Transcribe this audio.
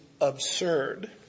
absurd